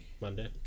Monday